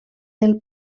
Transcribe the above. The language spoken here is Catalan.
del